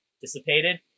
dissipated